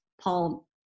Paul